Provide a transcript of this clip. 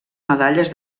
medalles